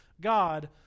God